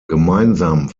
gemeinsam